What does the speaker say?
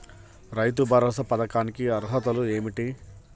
రైతు భరోసా పథకానికి అర్హతలు ఏమిటీ?